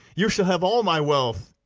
you shall have all my wealth.